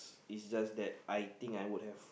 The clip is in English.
it's just that I think I would have